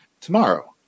tomorrow